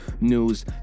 news